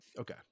Okay